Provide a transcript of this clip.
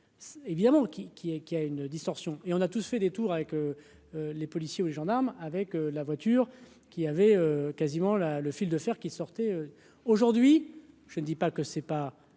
évidemment qui qui est, qui a une distorsion et on a tous fait des tours avec les policiers ou les gendarmes avec la voiture qui avait quasiment là le fil de fer qui sortait aujourd'hui, je ne dis pas que c'est pas